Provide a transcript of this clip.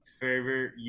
favorite